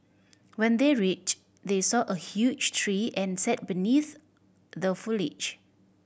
when they reached they saw a huge tree and sat beneath the foliage